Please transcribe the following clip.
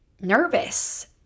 nervous